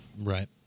right